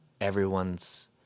everyone's